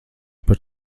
par